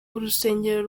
urusengero